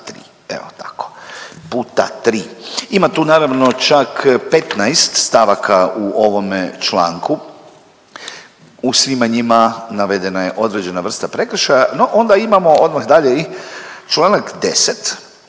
puta 3. Evo tako. Puta 3. Ima tu naravno čak 15 stavaka u ovome članku. U svima njima navedena je određena vrsta prekršaja, no onda imamo odmah dalje i čl. 10.